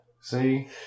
See